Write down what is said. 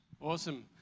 awesome